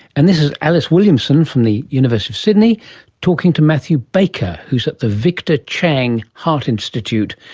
and this is alice williamson from the university of sydney talking to matthew baker who is at the victor chang heart institute,